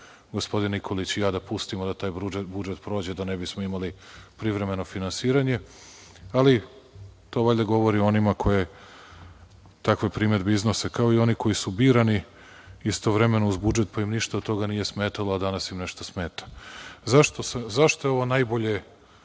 gospodin Nikolić i ja da pustimo da taj budžet prođe da ne bismo imali privremeno finansiranje. Ali, to valjda govori o onima koji takve primedbe iznose, kao i oni koji su birani istovremeno uz budžet, pa im ništa od toga nije smetalo a danas im nešto smeta.Zašto je ovo najbolje